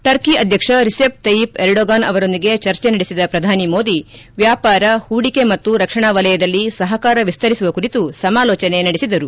Turkey ಅಧ್ಯಕ್ಷ Recep Tayyip Erdogan ಅವರೊಂದಿಗೆ ಚರ್ಚೆ ನಡೆಸಿದ ಪ್ರಧಾನಿ ಮೋದಿ ವ್ಯಾಪಾರ ಹೂಡಿಕೆ ಮತ್ತು ರಕ್ಷಣಾ ವಲಯದಲ್ಲಿ ಸಹಕಾರ ವಿಸ್ತರಿಸುವ ಕುರಿತು ಸಮಾಲೋಚನೆ ನಡೆಸಿದರು